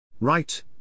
Right